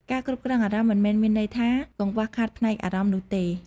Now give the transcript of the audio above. ការគ្រប់គ្រងអារម្មណ៍៍មិនមែនមានន័យថា កង្វះខាតផ្នែកអារម្មណ៍នោះទេ។